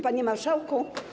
Panie Marszałku!